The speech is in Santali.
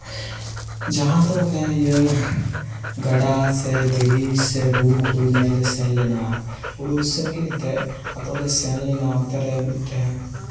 ᱡᱟᱦᱟᱸ ᱫᱚ ᱚᱱᱮ ᱤᱭᱟᱹ ᱜᱟᱰᱟ ᱥᱮ ᱫᱷᱤᱨᱤ ᱥᱮ ᱵᱩᱨᱩ ᱠᱚ ᱧᱮᱧᱮᱞ ᱞᱮ ᱥᱮᱱ ᱞᱮᱱᱟ ᱵᱩᱨᱩ ᱫᱤᱥᱚᱢ ᱜᱮ ᱮᱱᱛᱮᱫ ᱟᱫᱚ ᱞᱮ ᱥᱮᱱᱞᱮᱱᱟ ᱚᱱᱛᱮ ᱨᱮ ᱢᱤᱫᱴᱮᱱ